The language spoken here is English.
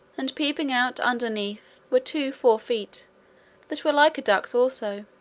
and peeping out underneath were two fore feet that were like a duck's also.